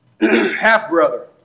Half-brother